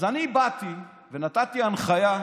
אז אני באתי ונתתי הנחיה,